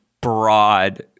broad